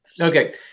Okay